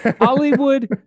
Hollywood